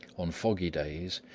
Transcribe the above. on foggy days,